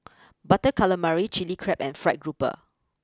Butter Calamari Chilli Crab and Fried grouper